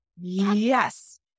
Yes